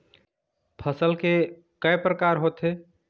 फसल के कय प्रकार होथे?